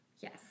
Yes